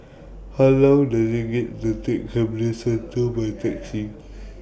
How Long Does IT get to Take Camden Centre By Taxi